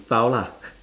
style lah